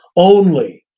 only,